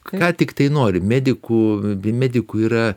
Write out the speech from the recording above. ką tiktai nori medikų bei medikų yra